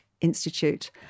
institute